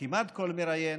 כמעט כל מראיין,